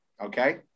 okay